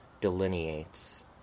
delineates